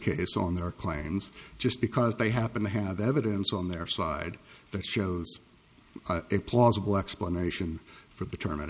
case on their claims just because they happen to have evidence on their side that shows a plausible explanation for the t